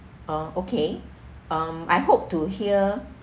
oh okay um I hope to hear